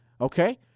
Okay